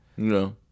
No